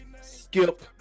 skip